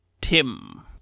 Tim